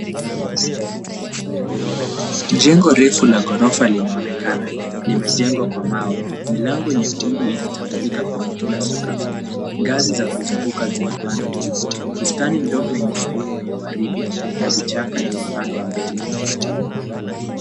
Jengo refu la ghorofa linaonekana. Limejengwa kwa mawe. Milango nyekundu inatambulika kwenye kila sakafu. Ngazi za kuzunguka zinapanda juu. Bustani ndogo yenye maua ya waridi na vichaka imepandwa mbele.